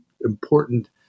important